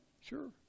Sure